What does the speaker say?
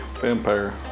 vampire